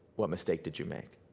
what mistake did you make.